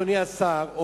אדוני השר,